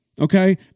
Okay